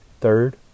Third